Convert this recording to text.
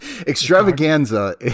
extravaganza